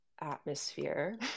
atmosphere